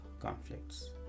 conflicts